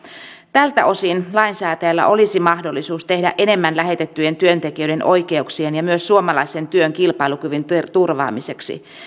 tältä osin lainsäätäjällä olisi mahdollisuus tehdä enemmän lähetettyjen työntekijöiden oikeuksien ja myös suomalaisen työn kilpailukyvyn turvaamiseksi